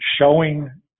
showing